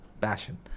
passion